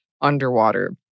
underwater